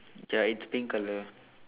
ya it's pink colour